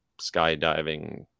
skydiving